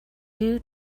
due